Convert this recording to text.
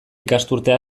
ikasturtea